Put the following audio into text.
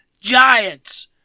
Giants